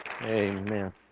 Amen